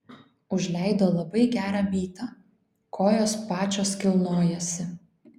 užleido labai gerą bytą kojos pačios kilnojasi